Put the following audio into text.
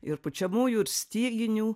ir pučiamųjų ir styginių